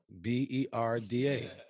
B-E-R-D-A